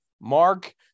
mark